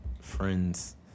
friends